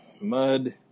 mud